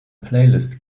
playlist